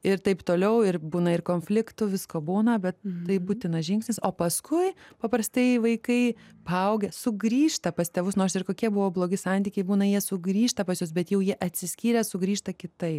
ir taip toliau ir būna ir konfliktų visko būna bet tai būtinas žingsnis o paskui paprastai vaikai paaugę sugrįžta pas tėvus nors ir kokie buvo blogi santykiai būna jie sugrįžta pas juos bet jau jie atsiskyrę sugrįžta kitai